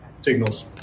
signals